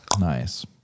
Nice